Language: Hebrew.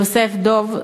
ויוסף דב,